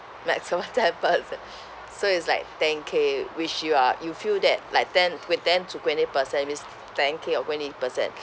maximum ten percent so is like ten K which you are you feel that like ten with ten to twenty percent means ten K or twenty percent